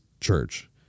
church